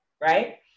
right